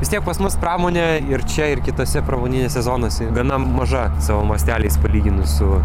vis tiek pas mus pramonė ir čia ir kitose pramoninėse zonose gana maža savo masteliais palyginus su